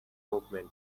movement